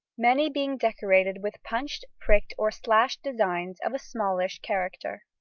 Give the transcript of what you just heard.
many being decorated with punched, pricked, or slashed design of a smallish character.